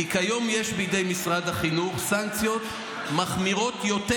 כי כיום יש בידי משרד החינוך סנקציות מחמירות יותר